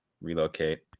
relocate